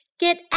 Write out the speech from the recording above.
Get